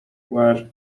were